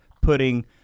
putting